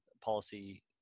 policy